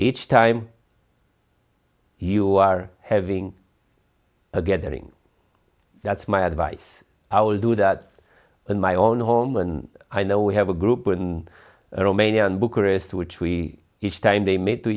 each time you are having a gathering that's my advice i will do that in my own home and i know we have a group in romania and bucharest which we each time they made to